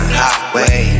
highway